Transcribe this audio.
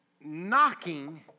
knocking